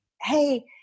hey